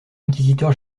inquisiteur